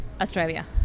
Australia